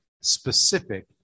specific